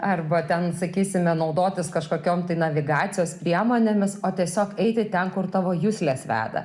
arba ten sakysime naudotis kažkokiom tai navigacijos priemonėmis o tiesiog eiti ten kur tavo juslės veda